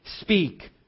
speak